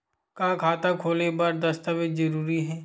का खाता खोले बर दस्तावेज जरूरी हे?